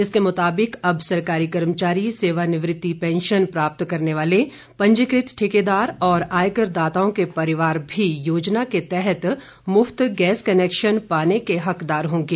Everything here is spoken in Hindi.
इसके मुताबिक अब सरकारी कर्मचारी सेवानिवृत्ति पेंशन प्राप्त करने वाले पंजीकृत ठेकेदार और आयकरदाताओं के परिवार भी योजना के तहत मुफ्त गैस कनेक्शन पाने के हकदार होंगे